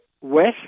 West